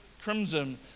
crimson